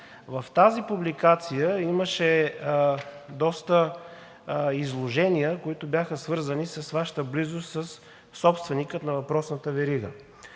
В тази публикация имаше доста изложения, които бяха свързани с Вашата близост със собственика на въпросната верига.